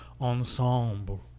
ensemble